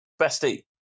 Bestie